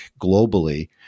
globally